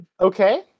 Okay